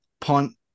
punt